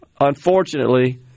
unfortunately